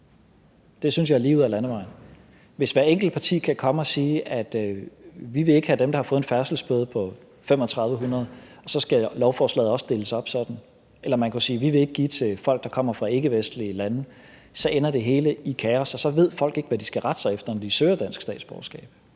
Det synes jeg er lige ud ad landevejen. Hvis hvert enkelt parti kan komme og sige, at man ikke vil have dem, der har fået en færdselsbøde på 3.500 kr., og at lovforslaget så også skal deles op, eller man kunne sige, at man ikke vil give det til folk, der kommer fra ikkevestlige lande, så ender det hele i kaos, og så ved folk ikke, hvad de skal rette sig efter, når de søger dansk statsborgerskab.